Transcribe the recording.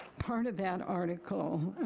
part of that article,